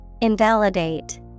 Invalidate